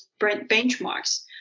benchmarks